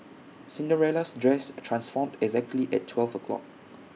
Cinderella's dress transformed exactly at twelve o'clock